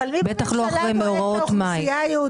בטח לא אחרי מאורעות מאי.